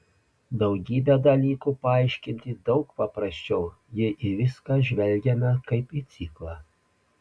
daugybę dalykų paaiškinti daug paprasčiau jei į viską žvelgiame kaip į ciklą